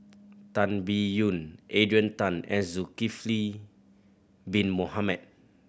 Tan Biyun Adrian Tan and Zulkifli Bin Mohamed